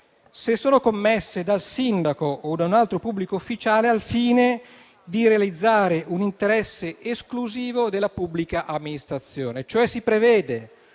se sono commesse dal sindaco o da un altro pubblico ufficiale al fine di realizzare un interesse esclusivo della pubblica amministrazione. Con questa